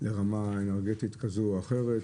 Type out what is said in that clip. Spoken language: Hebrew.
לרמה אנרגטית כזו או אחרת?